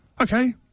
Okay